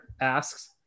asks